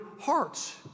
hearts